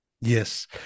Yes